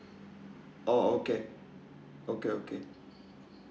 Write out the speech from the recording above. oh okay okay okay